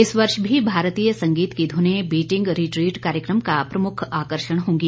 इस वर्ष भी भारतीय संगीत की धुने बीटिंग रिट्रीट कार्यक्रम का प्रमुख आकार्षण होंगी